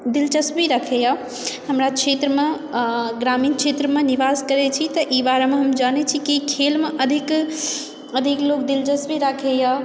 दिलचस्पी रखैए हमरा क्षेत्रमे ग्रामीण क्षेत्रमे हम निवास करय छी तऽ ई बारेमे हम जानय छी कि खेलमऽ अधिक अधिक लोग दिलचस्पी राखैए